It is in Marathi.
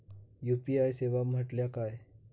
यू.पी.आय सेवा म्हटल्या काय?